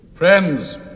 Friends